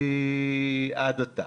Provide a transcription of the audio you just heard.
עד עתה.